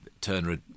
turner